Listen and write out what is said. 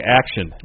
action